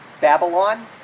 Babylon